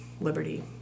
Liberty